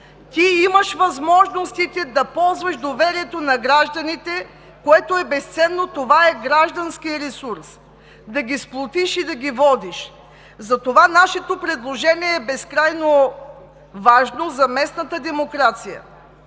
ти имаш възможността да ползваш доверието на гражданите, което е безценно. Това е гражданският ресурс – да ги сплотиш и да ги водиш. Затова нашето предложение е безкрайно важно за местната демокрация,